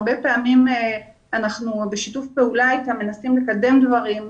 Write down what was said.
הרבה פעמים אנחנו מנסים לקדם דברים בשיתוף פעולה איתם.